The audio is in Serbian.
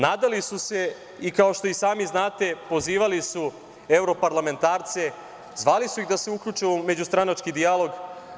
Nadali su se, i kao što sami znate pozivali su evro parlamentarce, zvali su ih da se uključe u međustranački dijalog.